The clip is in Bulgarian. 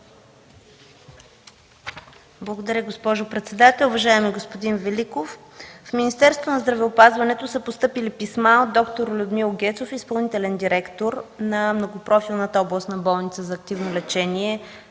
Благодаря, госпожо председател. Уважаеми господин Великов, в Министерството на здравеопазването са постъпили писма от д-р Людмил Гецов – изпълнителен директор на Многопрофилна областна болница за активно лечение